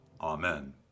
Amen